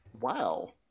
Wow